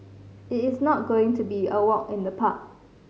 it is not going to be a walk in the park